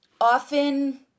often